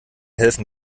helfen